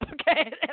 Okay